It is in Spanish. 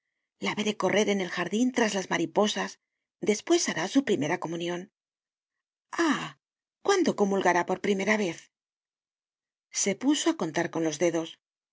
la veré correr en el jardin tras las mariposas despues hará su primera comunion ah cuándo comulgará por primera vez se puso á contar por los dedos